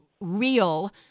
real